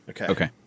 Okay